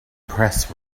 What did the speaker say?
press